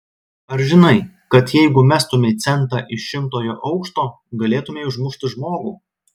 ar žinai kad jeigu mestumei centą iš šimtojo aukšto galėtumei užmušti žmogų